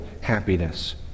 happiness